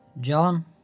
John